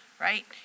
right